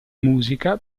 musica